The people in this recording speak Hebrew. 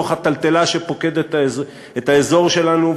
בתוך הטלטלה שפוקדת את האזור שלנו,